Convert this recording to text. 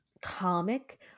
Comic